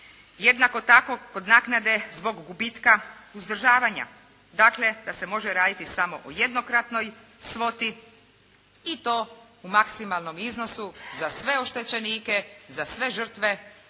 Jednako tako kod naknade zbog gubitka uzdržavanja, dakle, da se može raditi samo o jednokratnoj svoti i to u maksimalnom iznosu za sve oštečenike, za sve žrtve,